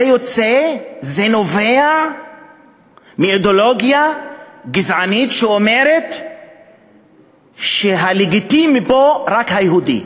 זה נובע מאידיאולוגיה גזענית שאומרת שהלגיטימי פה הוא רק היהודי,